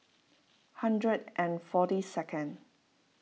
hundred and forty second